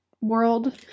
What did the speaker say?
world